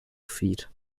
feed